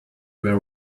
were